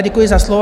Děkuji za slovo.